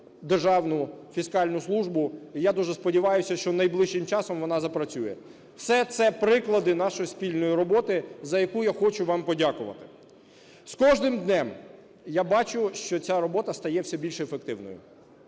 державну фіскальну службу, і я дуже сподіваюся, що найближчим часом вона запрацює. Все це приклади нашої спільної роботи, за яку я хочу вам подякувати. З кожним днем я бачу, що ця робота стає все більш ефективною.